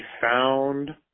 found